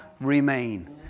remain